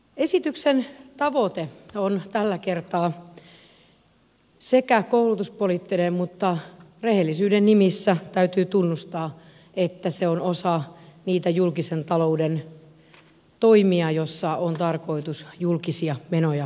esityksen tavoite on tällä kertaa koulutuspoliittinen mutta rehellisyyden nimissä täytyy tunnustaa että se on osa niitä julkisen talouden toimia joissa on tarkoitus julkisia menoja sopeuttaa